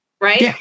right